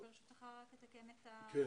אני רוצה לתקן את המספרים.